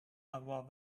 avoir